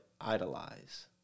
idolize